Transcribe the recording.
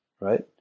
right